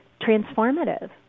transformative